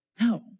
No